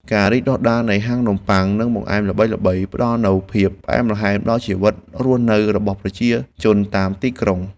ការរីកដុះដាលនៃហាងនំបុ័ង និងបង្អែមល្បីៗផ្ដល់នូវភាពផ្អែមល្ហែមដល់ជីវិតរស់នៅរបស់ប្រជាជនតាមទីក្រុង។